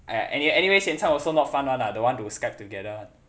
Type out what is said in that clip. !aiya! any~ anyway xian cai also not fun [one] lah don't want to skype together [one]